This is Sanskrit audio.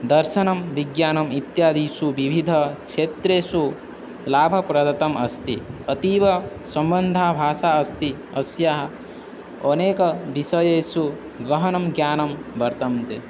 दर्शनं विज्ञानम् इत्यादीषु विविधक्षेत्रेषु लाभप्रदम् अस्ति अतीव सम्बन्धा भाषा अस्ति अस्याम् अनेक विषयेषु गहनं ज्ञानं वर्तन्ते